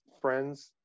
friends